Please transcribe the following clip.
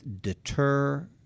deter